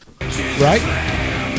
right